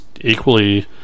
equally